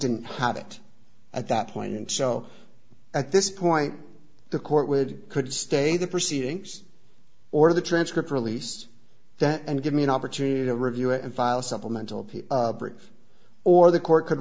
didn't have it at that point and so at this point the court would could stay the proceedings or the transcript released that and give me an opportunity to review it and file a supplemental piece bridge or the court could